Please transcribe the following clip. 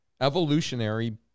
evolutionary